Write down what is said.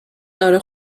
داره